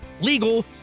legal